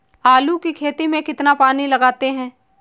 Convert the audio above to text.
आलू की खेती में कितना पानी लगाते हैं?